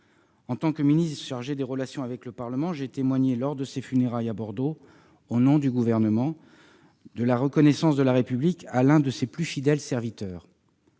En tant que ministre chargé des relations avec le Parlement, j'ai témoigné, lors de ses funérailles à Bordeaux, au nom du Gouvernement, de la reconnaissance de la République à l'un de ses plus fidèles serviteurs.